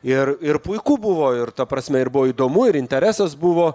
ir ir puiku buvo ir ta prasme ir buvo įdomu ir interesas buvo